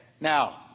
Now